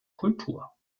kultur